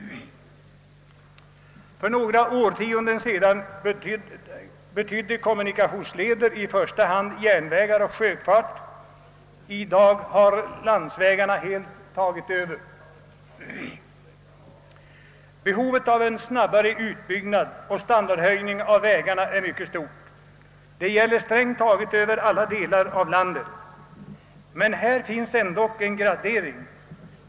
För några årtionden sedan betydde kommunikationsleder i första hand järnvägar och sjöfart. I dag har landsvägarna helt tagit över. Behovet av en snabbare utbyggnad och standardhöjning av vägarna är mycket stort. Detta gäller strängt taget för alla delar av landet. Men härvidlag föreligger ändock en gradskillnad.